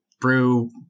brew